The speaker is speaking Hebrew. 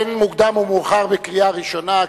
אין מוקדם ומאוחר בקריאה ראשונה.